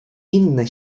inne